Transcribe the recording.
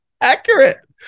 accurate